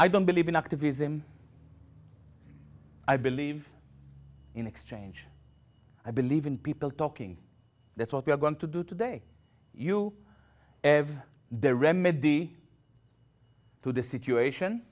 i don't believe in activism i believe in exchange i believe in people talking that's what we are going to do today you have the remedy to the situation